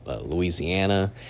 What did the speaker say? Louisiana